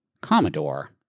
Commodore